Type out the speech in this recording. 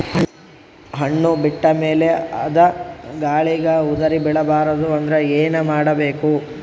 ಹಣ್ಣು ಬಿಟ್ಟ ಮೇಲೆ ಅದ ಗಾಳಿಗ ಉದರಿಬೀಳಬಾರದು ಅಂದ್ರ ಏನ ಮಾಡಬೇಕು?